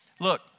Look